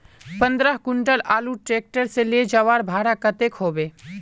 पंद्रह कुंटल आलूर ट्रैक्टर से ले जवार भाड़ा कतेक होबे?